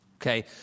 okay